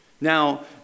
Now